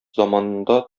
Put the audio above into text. заманында